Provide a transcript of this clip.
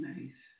Nice